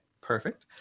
perfect